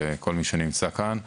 ולכל מי שנמצא כאן,